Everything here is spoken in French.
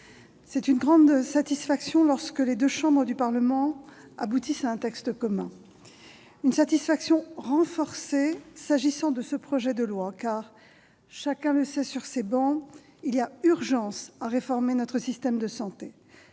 c'est une grande satisfaction lorsque les deux chambres du Parlement aboutissent à un texte commun. Une satisfaction renforcée s'agissant de ce projet de loi, car, chacun le sait sur ces travées, il y a urgence à réformer notre système de santé.